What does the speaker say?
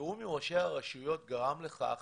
התיאום עם ראשי הרשויות גרם לכך